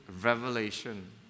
Revelation